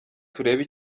turebe